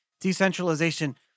decentralization